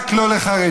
רק לא לחרדים,